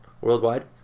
worldwide